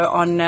on